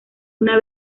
una